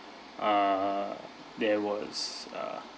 uh there was uh